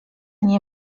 nie